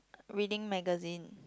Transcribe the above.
reading magazine